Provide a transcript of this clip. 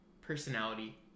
personality